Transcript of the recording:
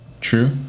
true